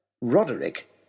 Roderick